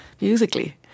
musically